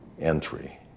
entry